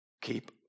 Keep